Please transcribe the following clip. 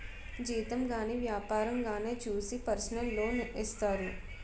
జీతం గాని వ్యాపారంగానే చూసి పర్సనల్ లోన్ ఇత్తారు